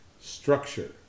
structure